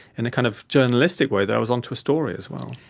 in a kind of journalistic way, that i was onto a story as well.